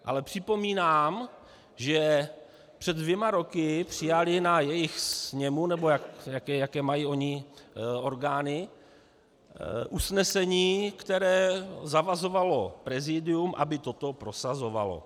Ale připomínám, že před dvěma roky přijali na jejich sněmu, nebo jaké mají oni orgány, usnesení, které zavazovalo prezidium, aby to prosazovalo.